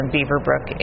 Beaverbrook